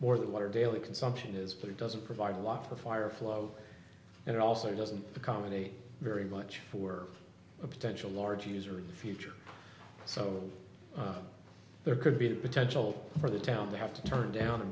more that water daily consumption is fair doesn't provide a lot for fire flow and it also doesn't accommodate very much for a potential large user in the future so there could be the potential for the town they have to turn down a